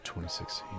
2016